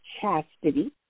chastity